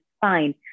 fine